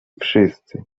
wszyscy